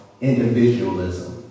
individualism